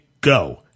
go